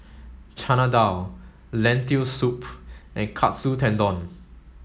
Chana Dal Lentil soup and Katsu Tendon